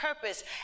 purpose